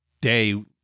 day